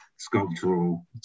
sculptural